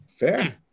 fair